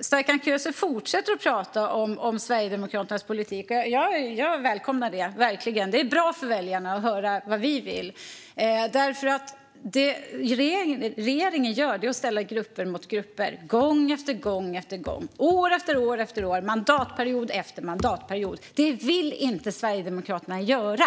Serkan Köse fortsätter att prata om Sverigedemokraternas politik. Jag välkomnar verkligen det, för det är bra för väljarna att höra vad vi vill. Det regeringen gör är att ställa grupper mot grupper. Man gör det gång efter gång, år efter år och mandatperiod efter mandatperiod. Det vill inte Sverigedemokraterna göra.